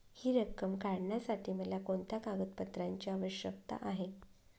हि रक्कम काढण्यासाठी मला कोणत्या कागदपत्रांची आवश्यकता आहे?